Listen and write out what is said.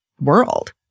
world